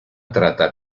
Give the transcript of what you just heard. trata